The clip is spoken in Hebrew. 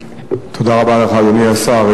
תודה רבה לך, אדוני השר.